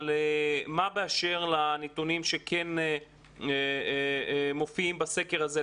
אבל מה באשר לנתונים שכן מופיעים בסקר הזה,